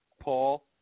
Paul